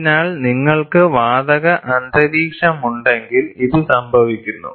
അതിനാൽ നിങ്ങൾക്ക് വാതക അന്തരീക്ഷമുണ്ടെങ്കിൽ ഇത് സംഭവിക്കുന്നു